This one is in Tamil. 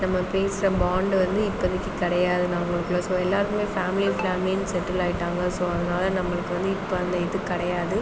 நம்ம பேசற பாண்ட் வந்து இப்போதைக்கு கிடையாதுனாலும் ப்ளஸ் ஸோ எல்லோருக்குமே ஃபேமிலி ஃபேமிலினு செட்டில் ஆகிட்டாங்க ஸோ அதனால் நம்மளுக்கு வந்து இப்போ அந்த இது கிடையாது